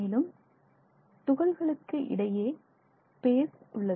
மேலும் துகள்களுக்கு இடையே இடையே ஸ்பேஸ் உள்ளது